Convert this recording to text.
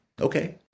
okay